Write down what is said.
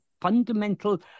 fundamental